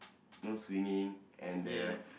those swinging and the